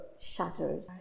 shattered